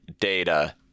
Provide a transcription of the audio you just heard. data